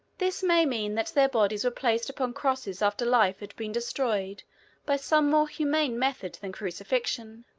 this may mean that their bodies were placed upon crosses after life had been destroyed by some more humane method than crucifixion.